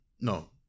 No